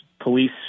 police